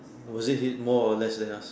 was this is more or less than us